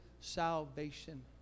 salvation